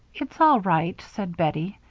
it's all right, said bettie,